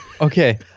Okay